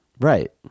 Right